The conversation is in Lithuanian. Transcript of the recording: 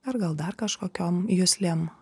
ar gal dar kažkokiom juslėm